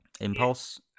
Impulse